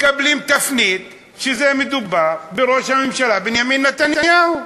מקבלים תפנית כשמדובר בראש הממשלה בנימין נתניהו?